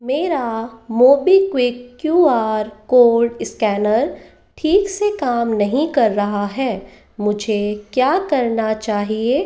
मेरा MobiKwik Q R code scanner ठीक से काम नहीं कर रहा है मुझे क्या करना चाहिए